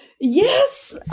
yes